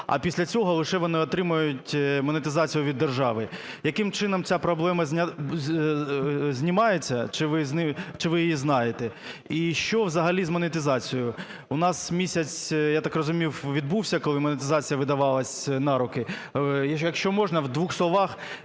а після цього лише вони отримають монетизацію від держави. Яким чином ця проблема знімається? Чи ви її знаєте? І що взагалі з монетизацією? У нас місяць, я так розумію, відбувся, коли монетизація видавалась на руки. Якщо можна, в двох словах,